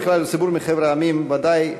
מחבר המדינות ודאי,